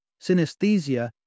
Synesthesia